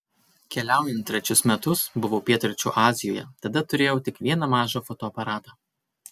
keliaujant trečius metus buvau pietryčių azijoje tada turėjau tik vieną mažą fotoaparatą